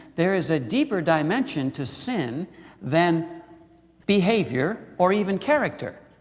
there is a deeper dimension to sin than behavior or even character.